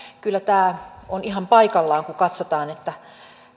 kyllä tämä on ihan paikallaan kun katsotaan että